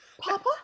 Papa